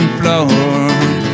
floor